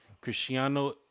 Cristiano